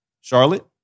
Charlotte